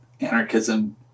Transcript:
anarchism